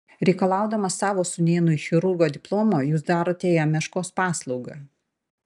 reikalaudamas savo sūnėnui chirurgo diplomo jūs darote jam meškos paslaugą